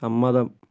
സമ്മതം